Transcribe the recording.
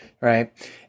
Right